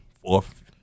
fourth